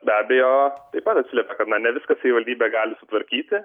be abejo taip pat atsiliepia kad na ne viską savivaldybė gali sutvarkyti